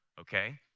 okay